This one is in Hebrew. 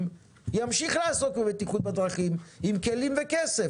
ימשיך לעסוק בבטיחות בדרכים עם כלים וכסף.